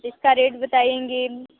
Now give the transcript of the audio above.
इसका रेट बताएँगे